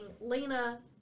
Lena